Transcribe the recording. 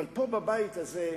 אבל פה בבית הזה,